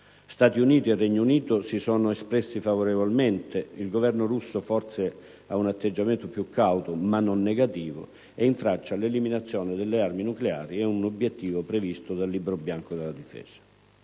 Stati Uniti e Regno Unito si sono espressi favorevolmente; il Governo russo forse ha un atteggiamento più cauto, ma non negativo, e in Francia l'eliminazione delle armi nucleari è un obiettivo previsto dal Libro bianco della difesa.